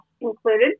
included